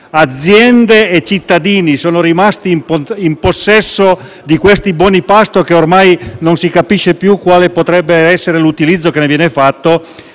aziende e cittadini, è rimasto in possesso di questi buoni pasto di cui ormai non si capisce più quale potrebbe essere l'utilizzo, sia per la